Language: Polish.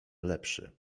lepszy